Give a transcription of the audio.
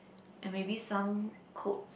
and maybe some quotes